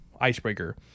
icebreaker